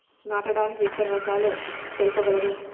నాటడానికి విత్తన రకాలు తెలుపగలరు?